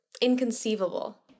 inconceivable